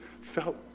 felt